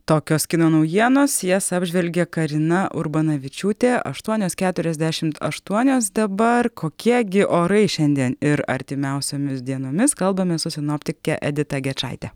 tokios kino naujienos jas apžvelgė karina urbanavičiūtė aštuonios keturiasdešimt aštuonios dabar kokie gi orai šiandien ir artimiausiomis dienomis kalbamės su sinoptike edita gečaite